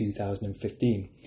2015